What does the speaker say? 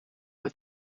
with